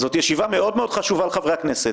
זאת ישיבה מאוד חשובה לחברי הכנסת,